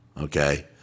okay